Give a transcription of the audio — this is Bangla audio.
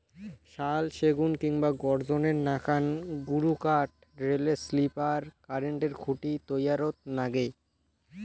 শাল, সেগুন কিংবা গর্জনের নাকান গুরুকাঠ রেলের স্লিপার, কারেন্টের খুঁটি তৈয়ারত নাগে